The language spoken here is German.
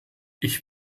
ich